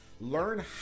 Learn